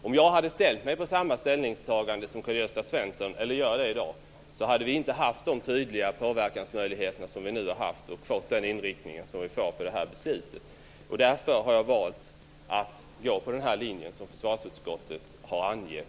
Om jag hade tagit samma ställning som Karl Gösta Svenson hade vi inte haft så tydliga påverkansmöjligheter som vi nu har haft, och vi hade inte fått den inriktningen på beslutet som vi nu har fått. Därför har jag valt att gå på den linje som försvarsutskottet har angett.